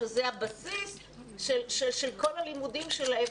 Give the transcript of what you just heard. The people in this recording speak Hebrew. שזה הבסיס של כל הלימודים שלהם,